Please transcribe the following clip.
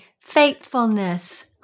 faithfulness